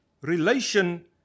relation